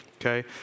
okay